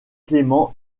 clément